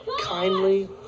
kindly